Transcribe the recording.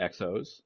Exos